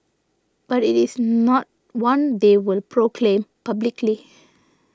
but it is not one they will proclaim publicly